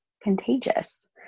contagious